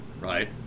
right